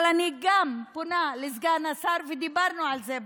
אבל אני גם פונה לסגן השר, ודיברנו על זה בחוץ: